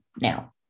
Now